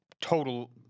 total